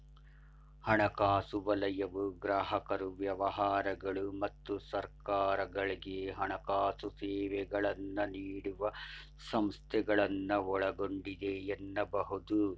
ಹಣಕಾಸು ವಲಯವು ಗ್ರಾಹಕರು ವ್ಯವಹಾರಗಳು ಮತ್ತು ಸರ್ಕಾರಗಳ್ಗೆ ಹಣಕಾಸು ಸೇವೆಗಳನ್ನ ನೀಡುವ ಸಂಸ್ಥೆಗಳನ್ನ ಒಳಗೊಂಡಿದೆ ಎನ್ನಬಹುದು